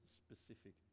specific